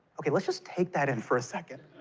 okay, let's just take that in for a second.